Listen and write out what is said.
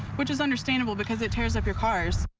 which is understandable because it tears up your cars.